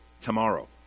tomorrow